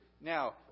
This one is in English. Now